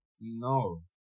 no